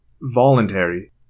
voluntary